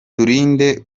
turinde